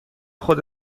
خود